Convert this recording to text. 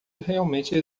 realmente